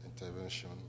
intervention